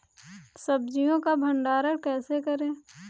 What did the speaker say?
सब्जियों का भंडारण कैसे करें?